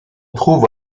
trouve